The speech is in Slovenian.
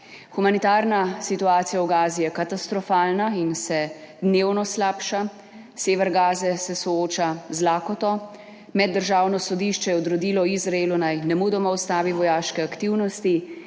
Humanitarna situacija v Gazi je katastrofalna in se dnevno slabša. Sever Gaze se sooča z lakoto. Meddržavno sodišče je odredilo Izraelu, naj nemudoma ustavi vojaške aktivnosti